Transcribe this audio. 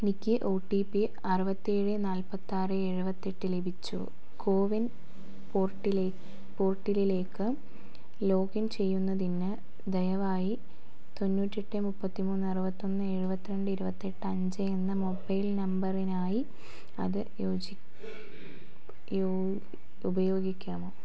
എനിക്ക് O T P അറുപത്തേഴ് നാൽപ്പത്താറ് എഴുപത്തി എട്ട് ലഭിച്ചു കോവിൻ പോർട്ടിൽ പോർട്ടലിലേക്ക് ലോഗിൻ ചെയ്യുന്നതിന് ദയവായി തൊണ്ണൂറ്റി എട്ട് മുപ്പത്തി മൂന്ന് അറുപത്തൊന്ന് എഴുപത്തി രണ്ട് ഇരുപത്തെട്ട് അഞ്ച് എന്ന മൊബൈൽ നമ്പറിനായി അത് ഉപയോഗിക്കാമോ